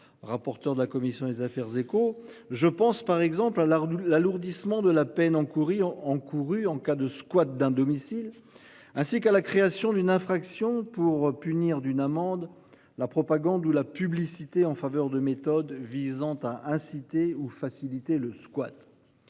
rapporteure de la commission des affaires écho je pense par exemple à la Redoute l'alourdissement de la peine encourue encourues en cas de squat d'un domicile, ainsi qu'à la création d'une infraction pour punir d'une amende la propagande ou la publicité en faveur de méthodes visant à inciter ou faciliter le squat.